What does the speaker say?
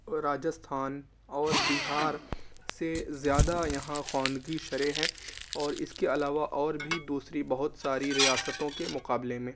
راجستھان اور بہار سے زیادہ یہاں خواندگی شرح ہے اور اس کے علاوہ اور بھی دوسری بہت ساری ریاستوں کے مقابلے میں